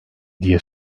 diye